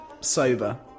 sober